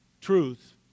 truth